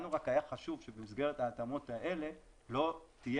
היה לנו חשוב שבמסגרת ההתאמות האלה לא תהיה